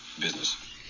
business